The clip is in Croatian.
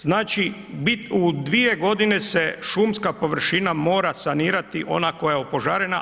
Znači u 2 godine se šumska površina mora sanirati, ona koja je opožarena.